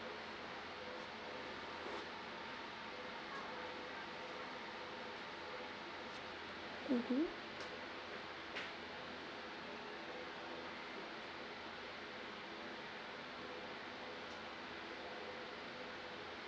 mmhmm